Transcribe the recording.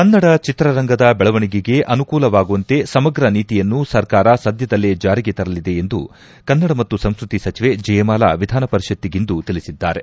ಕನ್ನಡ ಚಿತ್ರರಂಗದ ಬೆಳವಣಿಗೆಗೆ ಅನುಕೂಲವಾಗುವಂತೆ ಸಮಗ್ರ ನೀತಿಯನ್ನು ಸರ್ಕಾರ ಸದ್ದದಲ್ಲೇ ಚಾರಿಗೆ ತರಲಿದೆ ಎಂದು ಕನ್ನಡ ಮತ್ತು ಸಂಸ್ಕತಿ ಸಚಿವೆ ಜಯಮಾಲ ವಿಧಾನಪರಿಷತ್ತಿಗಿಂದು ತಿಳಿಸಿದ್ದಾರೆ